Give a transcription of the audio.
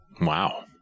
Wow